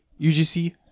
UGC